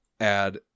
add